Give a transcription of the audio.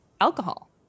alcohol